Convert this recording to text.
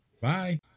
Bye